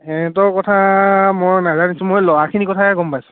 ইহঁতৰ কথা মই নাজানিছো মই ল'ৰাখিনি কথাই গম পাইছোঁ